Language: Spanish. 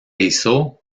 hizo